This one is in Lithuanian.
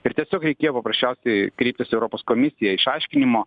ir tiesiog reikėjo paprasčiausiai kreiptis į europos komisiją išaiškinimo